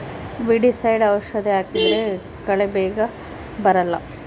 weedicide ಔಷಧಿ ಹಾಕಿದ್ರೆ ಕಳೆ ಬೇಗ ಬರಲ್ಲ